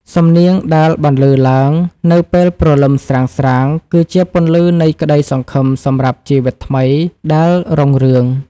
សំនៀងដែលបន្លឺឡើងនៅពេលព្រលឹមស្រាងៗ គឺជាពន្លឺនៃក្ដីសង្ឃឹមសម្រាប់ជីវិតថ្មីដែលរុងរឿង។